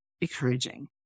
encouraging